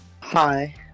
Hi